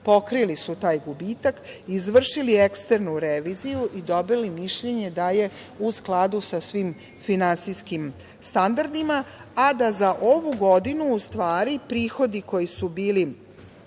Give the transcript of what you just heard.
pokrili su taj gubitak, izvršili eksternu reviziju i dobili mišljenje da je u skladu sa svim finansijskim standardima, a da za ovu godinu, u stvari, prihodi koji su bili